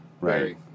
Right